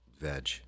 Veg